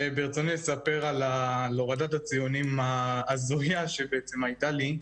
ברצוני לספר על הורדת הציונים ההזויה שבעצם הייתה לי.